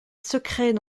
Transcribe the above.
secret